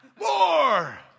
more